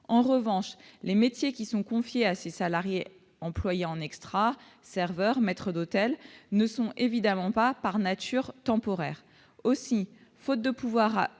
En revanche, les métiers qui sont confiés à ces salariés employés en extras- serveurs, maîtres d'hôtel -ne sont évidemment pas temporaires par nature. Aussi, faute de pouvoir